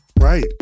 Right